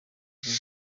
nzozi